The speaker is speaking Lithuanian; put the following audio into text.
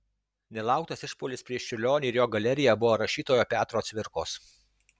nelauktas išpuolis prieš čiurlionį ir jo galeriją buvo rašytojo petro cvirkos